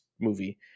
movie